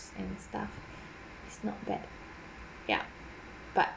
and stuff is not bad yup but